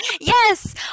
Yes